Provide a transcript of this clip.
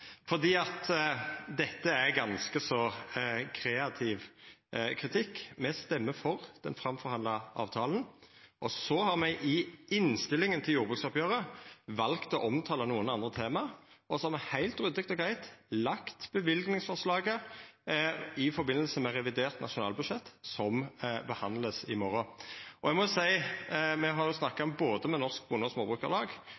dette er ganske så kreativ kritikk. Me røystar for den avtalen som er forhandla fram. Så har me i tilrådinga til jordbruksoppgjeret valt å omtala nokre andre tema, og så har me heilt ryddig og greitt lagt inn løyvingsforslaget i samband med revidert nasjonalbudsjett, som vert behandla i morgon.